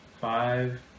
five